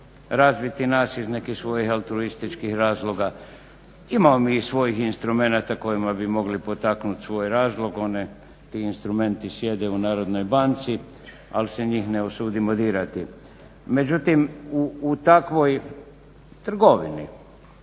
razviti nas iz nekih svojih altruističkih razloga. Imamo mi i svojih instrumenata kojima bi mogli potaknuti svoj razvoj, ti instrumenti sjede u Narodnoj banci, ali se njih ne usudimo dirati. Međutim, u takvoj trgovini